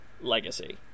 legacy